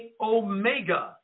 omega